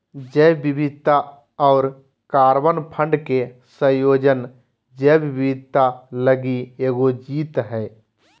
जैव विविधता और कार्बन फंड के संयोजन जैव विविधता लगी एगो जीत हइ